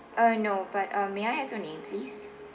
uh no but um may I have your name please